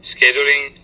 Scheduling